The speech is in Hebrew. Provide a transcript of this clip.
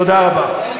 תודה רבה.